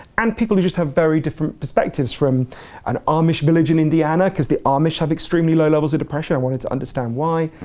and people who just have very different perspectives, from an amish village in indiana, because the amish have extremely low levels of depression, i wanted to understand why,